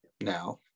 now